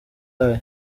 yayo